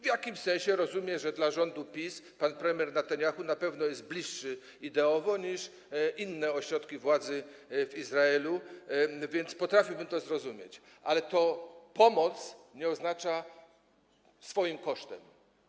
W jakimś sensie rozumiem, że dla rządu PiS pan premier Netanjahu na pewno jest bliższy ideowo niż inne ośrodki władzy w Izraelu, więc potrafiłbym to zrozumieć, ale pomoc nie oznacza: swoim kosztem.